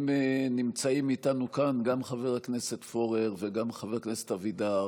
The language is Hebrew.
אם נמצאים איתנו כאן גם חבר הכנסת פורר וגם חבר הכנסת אבידר